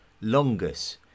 Longus